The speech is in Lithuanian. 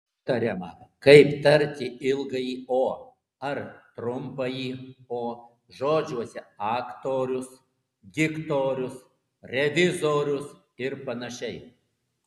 nesutariama kaip tarti ilgąjį o ar trumpąjį o žodžiuose aktorius diktorius revizorius ir panašiai